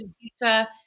Pizza